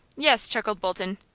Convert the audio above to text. yes, chuckled bolton.